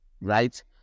right